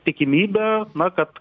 tikimybę kad